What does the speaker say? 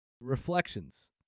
Reflections